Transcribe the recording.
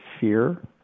fear